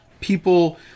people